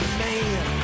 man